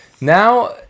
Now